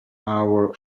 hour